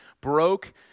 broke